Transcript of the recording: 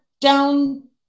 down